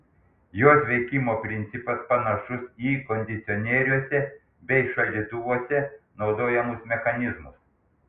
jos veikimo principas panašus į kondicionieriuose bei šaldytuvuose naudojamus mechanizmus